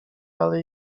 ale